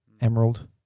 emerald